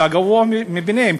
והגבוה בהם,